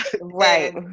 Right